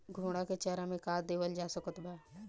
घोड़ा के चारा मे का देवल जा सकत बा?